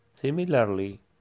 Similarly